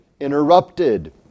interrupted